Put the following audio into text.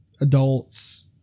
adults